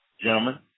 Gentlemen